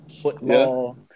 football